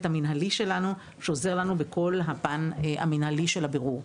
המינהלי שלנו שעוזר לנו בכל הפן המינהלי של הבירור.